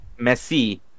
Messi